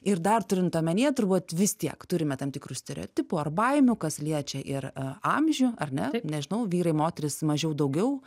ir dar turint omenyje turbūt vis tiek turime tam tikrų stereotipų ar baimių kas liečia ir a amžių ar ne nežinau vyrai moterys mažiau daugiau